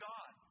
God